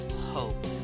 hope